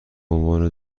عنوان